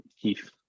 keith